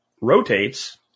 rotates